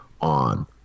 on